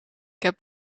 heb